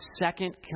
second